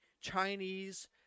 Chinese